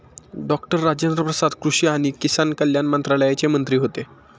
doctor Rajendra Prasad कृषी आणि किसान कल्याण मंत्रालयाचे मंत्री होते